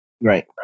Right